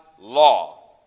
law